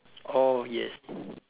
oh yes